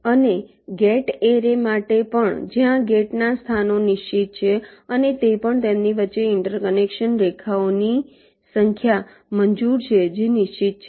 અને gate array માટે પણ જ્યાં ગેટના સ્થાનો નિશ્ચિત છે અને તે પણ તેમની વચ્ચે ઇન્ટરકનેક્શન રેખાઓની સંખ્યા મંજૂર છે જે નિશ્ચિત છે